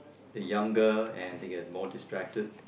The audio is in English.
they're younger and they get more distracted